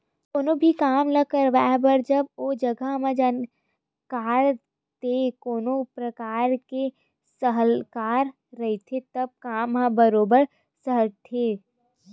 कोनो भी काम ल करवाए बर जब ओ जघा के जानकार ते कोनो परकार के सलाहकार रहिथे तब काम ह बरोबर सलटथे